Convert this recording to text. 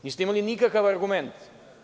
Niste imali nikakav argument.